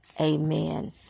Amen